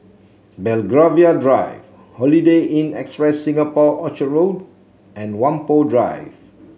Belgravia Drive Holiday Inn Express Singapore Orchard Road and Whampoa Drive